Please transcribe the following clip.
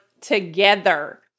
together